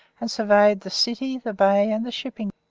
and surveyed the city, the bay, and the shipping.